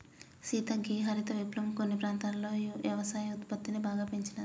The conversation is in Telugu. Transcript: సీత గీ హరిత విప్లవం కొన్ని ప్రాంతాలలో యవసాయ ఉత్పత్తిని బాగా పెంచినాది